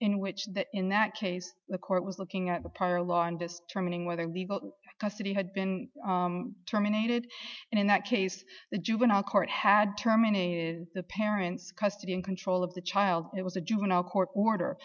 in which that in that case the court was looking at the law and just turning whether legal custody had been terminated and in that case the juvenile court had terminated the parents custody and control of the child it was a juvenile court order